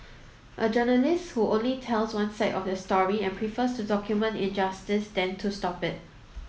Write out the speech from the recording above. a journalist who only tells one side of the story and prefers to document injustice than to stop it